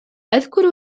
أذكر